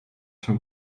się